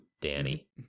Danny